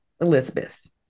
Elizabeth